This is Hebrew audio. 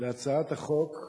להצעת החוק,